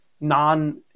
non